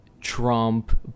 trump